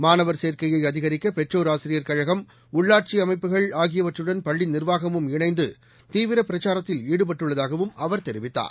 மாணவர் சேர்க்கையை அதிகரிக்க பெற்றோர் ஆசிரியர் கழகம் உள்ளாட்சி அமைப்புகள் ஆகியவற்றுடன் பள்ளி நிர்வாகமும் இணைந்து தீவிர பிரச்சாரத்தில் ஈடுபட்டுள்ளதாகவும் அவர் தெரிவித்தார்